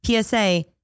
PSA